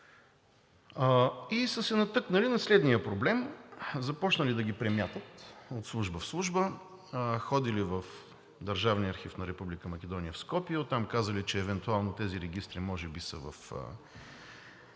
Те са се натъкнали на следния проблем – започнали да ги премятат от служба в служба, ходили в Държавния архив на Република Македония в Скопие, а оттам им казали, че евентуално тези регистри може би са в